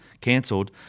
canceled